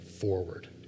forward